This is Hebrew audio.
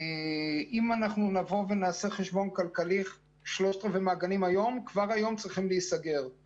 אם נעשה חשבון כלכלי אז 3/4 מהגנים צריכים להיסגר כבר היום.